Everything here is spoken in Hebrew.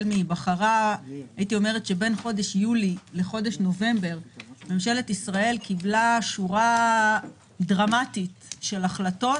בין חודש יולי לחודש נובמבר ממשלת ישראל קיבלה שורה דרמטית של החלטות,